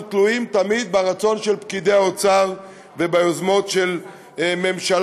תלויים תמיד ברצון של פקידי האוצר וביוזמות של ממשלה,